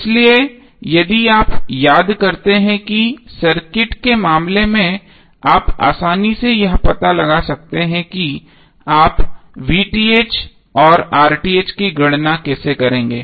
इसलिए यदि आप याद करते हैं कि सर्किट के मामले में आप आसानी से यह पता लगा सकते हैं कि आप और की गणना कैसे करेंगे